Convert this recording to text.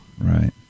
Right